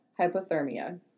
Hypothermia